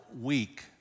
week